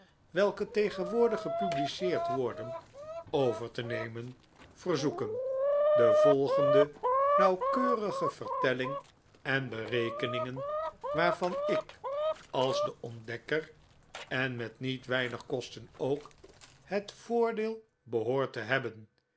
welke tegenwoordig gepubliceerd worden over te nemen verzoeken de volgende nauwkeurige vertelling en berekeningen waarvan ik als de ontdekker en met niet weinig kosten ook het voordeel behoor te hebben